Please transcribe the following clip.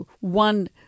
one